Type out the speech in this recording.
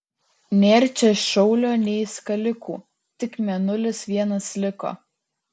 nėr čia šaulio nei skalikų tik mėnulis vienas liko